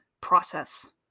process